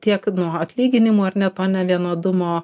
tiek nuo atlyginimų ar ne to nevienodumo